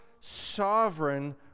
sovereign